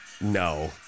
No